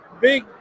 Big